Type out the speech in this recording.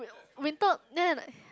winter